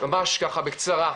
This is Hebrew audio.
ממש ככה בקצרה,